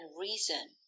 reason